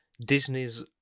Disney's